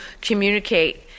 communicate